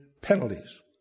penalties